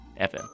FM